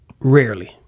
Rarely